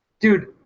dude